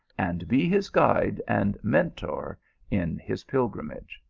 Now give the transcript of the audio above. and be his guide and mentor in his pil grimage.